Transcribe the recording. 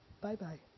Bye-bye